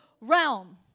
realm